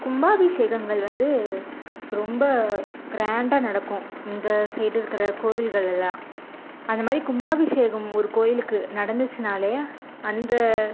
கும்பாபிஷேகங்கள் வந்து ரொம்ப க்ராண்டாக நடக்கும் இந்த சைட் இருக்கிற கோவில்கள்லலாம் அந்த மாதிரி கும்பாபிஷேகம் ஒரு கோயிலுக்கு நடந்துச்சுனாலே அந்த